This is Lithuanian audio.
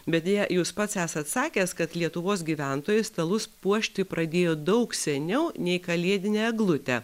bet deja jūs pats esat sakęs kad lietuvos gyventojai stalus puošti pradėjo daug seniau nei kalėdinę eglutę